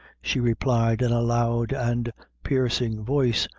she replied, in a loud and piercing voice,